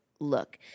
look